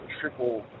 triple